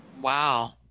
Wow